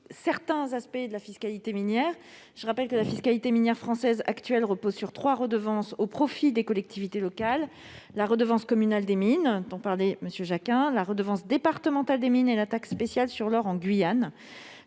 certains aspects de la fiscalité minière. La fiscalité minière française repose actuellement sur trois redevances au profit des collectivités locales : la redevance communale des mines, dont parlait M. Jacquin, la redevance départementale des mines et la taxe spéciale sur l'or, applicable